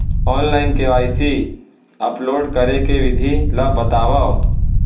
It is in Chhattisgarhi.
ऑनलाइन के.वाई.सी अपलोड करे के विधि ला बतावव?